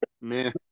Man